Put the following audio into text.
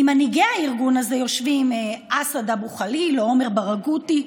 מנהיגי הארגון הם אסד אבו חליל ועמר ברגותי,